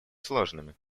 сложными